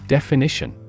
Definition